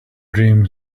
dream